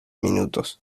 minutos